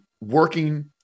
working